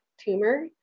tumor